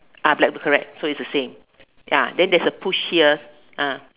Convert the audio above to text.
ah black correct so it's the same ya then there's a push here ah